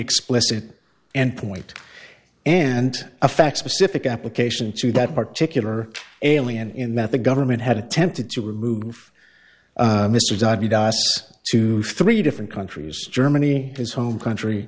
explicit end point and a fact specific application to that particular alien in that the government had attempted to remove mr dudley to free different countries germany his home country